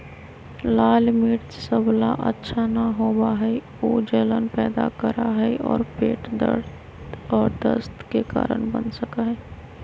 लाल मिर्च सब ला अच्छा न होबा हई ऊ जलन पैदा करा हई और पेट दर्द और दस्त के कारण बन सका हई